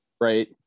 right